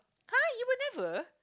[huh] you were never